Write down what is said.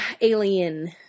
Alien